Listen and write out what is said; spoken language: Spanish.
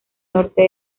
norte